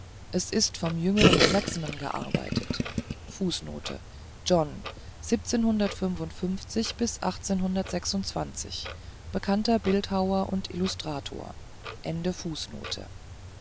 es ist vom jüngeren flaxmann gearbeitet fußnote john bekannter bildhauer und